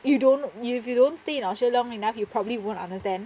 you don't you if you don't stay in australia long enough you probably won't understand